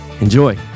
Enjoy